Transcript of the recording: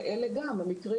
אלה מקרים